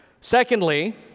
Secondly